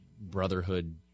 brotherhood